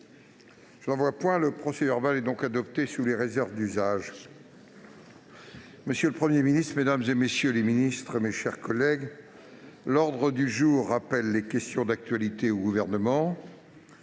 d'observation ?... Le procès-verbal est adopté sous les réserves d'usage. Monsieur le Premier ministre, mesdames, messieurs les ministres, mes chers collègues, l'ordre du jour appelle les réponses à des questions d'actualité au Gouvernement.